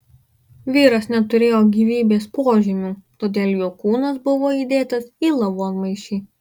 vyras neturėjo gyvybės požymių todėl jo kūnas buvo įdėtas į lavonmaišį